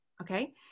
Okay